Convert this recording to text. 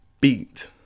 beat